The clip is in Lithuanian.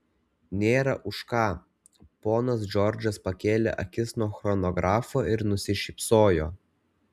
nėra už ką ponas džordžas pakėlė akis nuo chronografo ir nusišypsojo